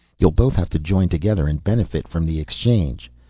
you'll both have to join together and benefit from the exchange.